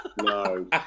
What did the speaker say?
No